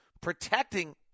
Protecting